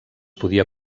podia